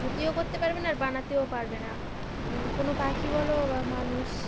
ক্ষতিও করতে পারবে না আর বানাতেও পারবে না কোনো পাখি বলো বা মানুষ